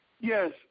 Yes